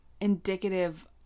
indicative